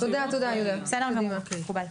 בסדר גמור, מקובל.